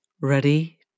ready